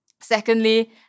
Secondly